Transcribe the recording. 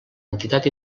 entitat